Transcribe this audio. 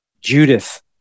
Judith